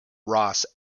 ross